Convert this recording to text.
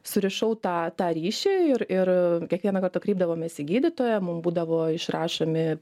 surišau tą tą ryšį ir ir kiekvieną kartą kreipdavomės į gydytoją mum būdavo išrašomi